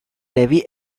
levy